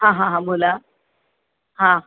हां हां हां बोला हां